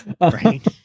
Right